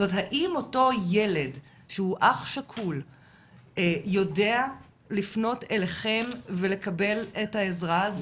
האם אותו ילד שהוא אח שכול יודע לפנות אליכם ולקבל את העזרה הזו?